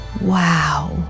Wow